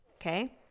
okay